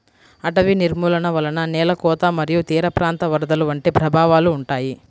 అటవీ నిర్మూలన వలన నేల కోత మరియు తీరప్రాంత వరదలు వంటి ప్రభావాలు ఉంటాయి